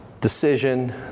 decision